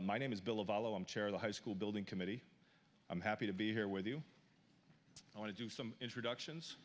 my name is bill of allam chair of the high school building committee i'm happy to be here with you i want to do some introductions